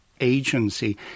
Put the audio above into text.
agency